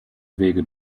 wege